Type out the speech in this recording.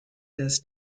does